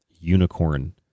unicorn